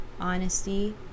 Honesty